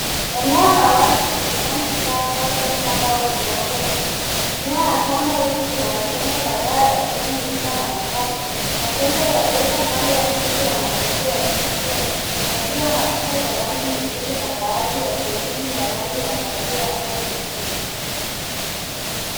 Eneo la wazi lenye nyasi kavu labda shamba au kiwanja tu. Nyuma ya shamba hili kuna majengo kadhaa yakiwemo nyumba na makazi. Majengo yaliopo upande wa kushoto yana muundo wa kipekee ,yakiwa na kuta za rangi nyepesi na baadhi sehemu za rangi ya kahawia au nyekundu.